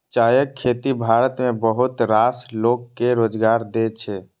चायक खेती भारत मे बहुत रास लोक कें रोजगार दै छै